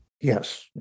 Yes